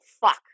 fuck